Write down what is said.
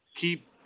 keep